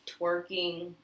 twerking